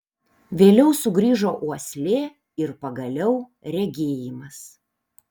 vėliau sugrįžo uoslė ir pagaliau regėjimas